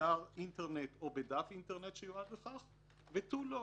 באתר אינטרנט או בדף אינטרנט שיועד לכך, ותו לא.